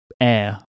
Air